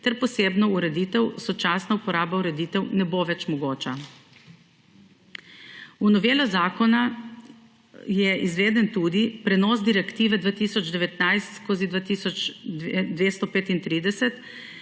ter posebno ureditev, a sočasna uporaba ureditev ne bo več mogoča. V novelo zakona je izveden tudi prenos direktive 2019/2235,